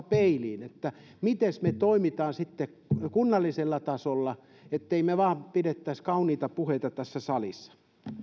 peiliin miten me toimimme sitten kunnallisella tasolla ettemme me vain pidä kauniita puheita tässä salissa